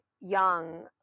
young